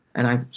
and i.